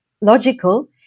logical